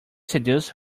seduce